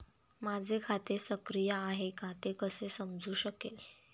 माझे खाते सक्रिय आहे का ते कसे समजू शकेल?